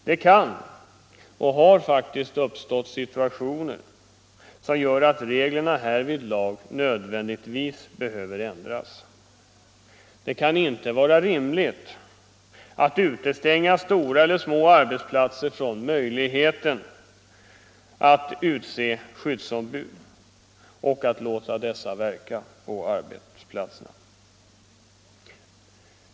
Det kan uppstå — och har faktiskt uppstått — situationer som gör att reglerna härvidlag nödvändigtvis behöver ändras. Det kan inte vara rimligt att utestänga stora eller små arbetsplatser från möjligheten att utse skyddsombud som skall verka på arbetsplatserna.